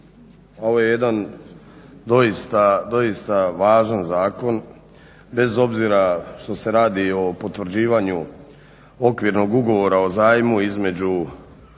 ovo je jedan doista važan zakon, bez obzira što se radi o potvrđivanju Okvirnog ugovora o zajmu između